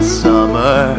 summer